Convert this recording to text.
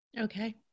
Okay